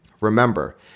Remember